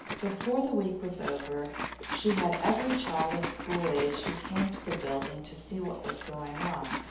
before the week was over she had every child of school age who came to the building to see what was going on,